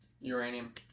Uranium